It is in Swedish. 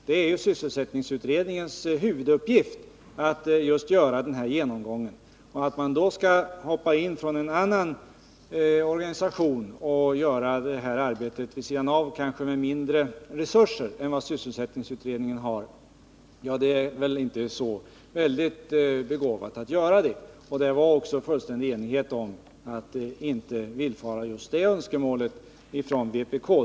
Det är nämligen sysselsättningsutredningens huvuduppgift att göra en sådan genomgång. Att då låta ett annat organ få uppgiften att göra detta arbete vid sidan härav men kanske med mindre resurser än vad sysselsättningsutredningen har, är väl inte så begåvat. Det var också fullständig enighet bland övriga om att inte villfara det här önskemålet från vpk.